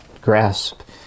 grasp